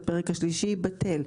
הפרק השלישי בטל.